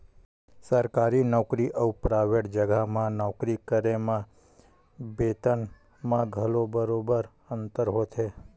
सरकारी नउकरी अउ पराइवेट जघा म नौकरी करे म बेतन म घलो बरोबर अंतर होथे